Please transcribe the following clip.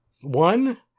One